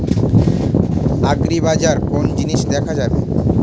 আগ্রিবাজারে কোন জিনিস কেনা যাবে?